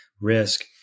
risk